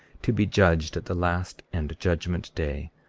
to be judged at the last and judgment day,